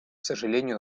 сожалению